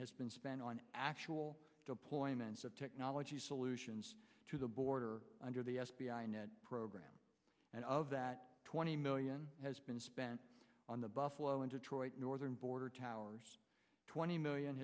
has been spent on actual deployments of technology solutions to the border under the f b i program and of that twenty million has been spent on the buffalo and detroit northern border towers twenty million